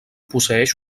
posseeix